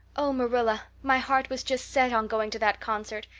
oh, marilla, my heart was just set on going to that concert.